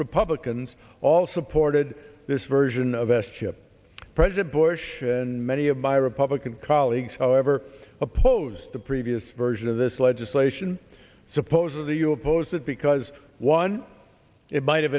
republicans all supported this version of s chip president bush and many of my republican colleagues however opposed the previous version of this legislation supposedly you oppose it because one it might have